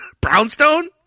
Brownstone